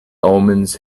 omens